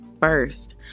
first